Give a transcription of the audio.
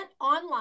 online